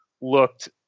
looked